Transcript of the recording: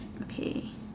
okay